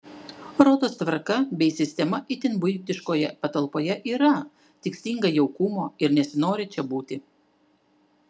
rodos tvarka bei sistema itin buitiškoje patalpoje yra tik stinga jaukumo ir nesinori čia būti